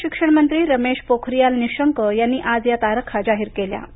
केंद्रीय शिक्षण मंत्री रमेश पोखरीयाल निशंक यांनी आज या तारखा जाहीर केल्या